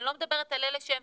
אני לא מדברת על אלה שהם